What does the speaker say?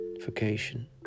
vacation